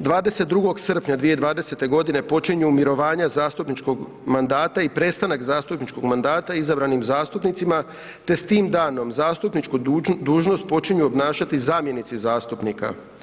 22. srpnja 2020. g. počinju mirovanja zastupničkog mandata i prestanak zastupničkog mandata izabranim zastupnicima te s tim danom zastupničku dužnost počinju obnašati zamjenici zastupnika.